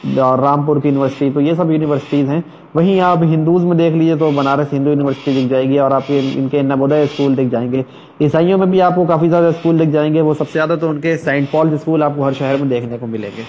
اور رام پور کی یونیورسٹی تو یہ سب یونیورسٹیز ہیں وہیں آپ ہندوز میں دیکھ لیجیے تو بنارس ہندو یونیورسٹی دکھ جائے گی اور آپ کو ان کے نوودے اسکول دکھ جائیں گے عیسائیوں میں بھی آپ کو کافی زیادہ اسکول دکھ جائیں گے وہ سب سے زیادہ تو ان کے سینپال اسکول آپ کو ہر شہر میں دیکھنے کو ملیں گے